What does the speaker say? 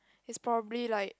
is probably like